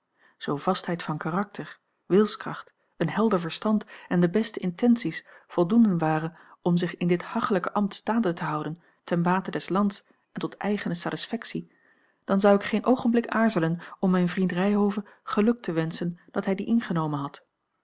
zoo vastheid van karakter wilskracht een helder verstand en de beste intenties voldoende waren om zich in dit hachelijke ambt staande te houden ten bate des lands en tot eigene satisfactie dan zou ik geen oogenblik aarzelen om mijn vriend ryhove geluk te wenschen dat hij dien ingenomen had